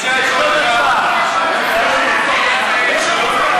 ההצעה להעביר לוועדה את הצעת חוק-יסוד: